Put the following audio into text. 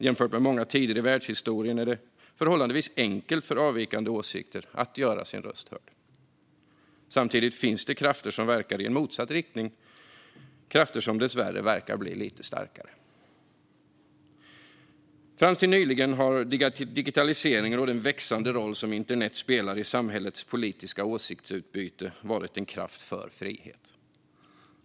Jämfört med många tider i världshistorien är det förhållandevis enkelt för dem med avvikande åsikter att göra sina röster hörda. Samtidigt finns det krafter som verkar i en motsatt riktning, krafter som dessvärre verkar bli lite starkare. Fram till nyligen har digitaliseringen och den växande roll som internet har i samhällets politiska åsiktsutbyte varit en kraft för frihet.